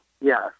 Yes